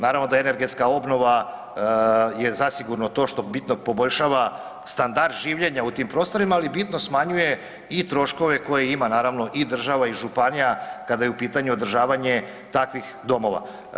Naravno da energetska obnova je zasigurno to što bitno poboljšava standard življenja u tim prostorima, ali bitno smanjuje i troškove koje ima naravno i država i županija kada je u pitanju održavanje takvih domova.